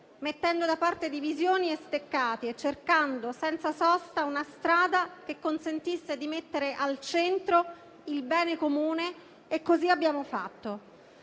mettendo da parte divisioni e steccati e cercando senza sosta una strada che consentisse di mettere al centro il bene comune, e così abbiamo fatto.